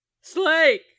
Slake